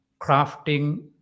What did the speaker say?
crafting